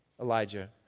Elijah